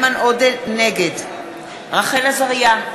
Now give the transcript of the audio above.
נגד רחל עזריה,